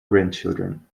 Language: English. grandchildren